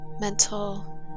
mental